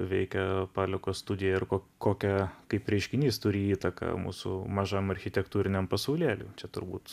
veikia paleko studiją ir kokią kaip reiškinys turi įtaką mūsų mažam architektūriniam pasaulėliui čia turbūt